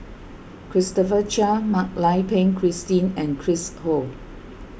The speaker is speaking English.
Christopher Chia Mak Lai Peng Christine and Chris Ho